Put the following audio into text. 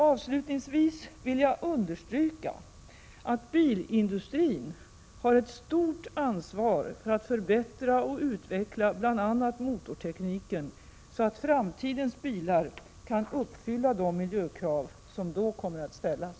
Avslutningsvis vill jag understryka att bilindustrin har ett stort ansvar för att förbättra och utveckla bl.a. motortekniken, så att framtidens bilar kan uppfylla de miljökrav som då kommer att ställas.